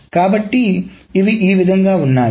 కాబట్టి ఇవి విధంగా ఉన్నాయి